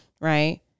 Right